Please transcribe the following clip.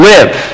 Live